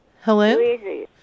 Hello